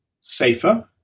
safer